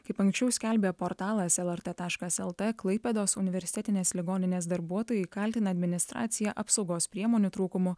kaip anksčiau skelbė portalas lrt taškas lt klaipėdos universitetinės ligoninės darbuotojai kaltina administraciją apsaugos priemonių trūkumu